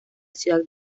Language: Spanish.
ciudad